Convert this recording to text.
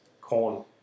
Corn